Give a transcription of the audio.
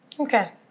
Okay